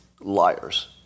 liars